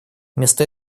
вместо